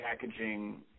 packaging